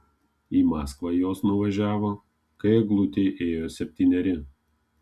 į maskvą jos nuvažiavo kai eglutei ėjo septyneri